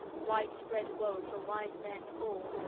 widespread woe for wise men all,